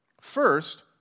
First